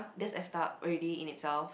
that's effed up already in itself